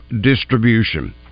distribution